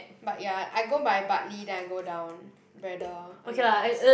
but ya I go by Bartley then I go down Braddell underpass